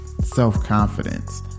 self-confidence